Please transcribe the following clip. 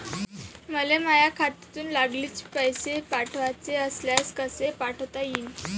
मले माह्या खात्यातून लागलीच पैसे पाठवाचे असल्यास कसे पाठोता यीन?